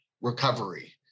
recovery